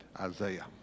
Isaiah